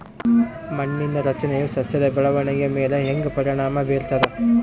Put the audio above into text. ಮಣ್ಣಿನ ರಚನೆಯು ಸಸ್ಯದ ಬೆಳವಣಿಗೆಯ ಮೇಲೆ ಹೆಂಗ ಪರಿಣಾಮ ಬೇರ್ತದ?